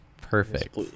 perfect